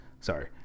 sorry